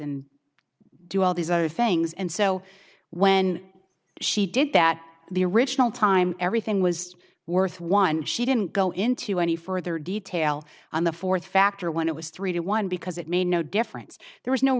and do all these things and so when she did that the original time everything was worth one she didn't go into any further detail on the fourth factor when it was three to one because it made no difference there was no